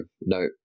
no